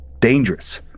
dangerous